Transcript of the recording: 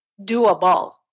doable